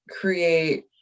create